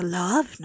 love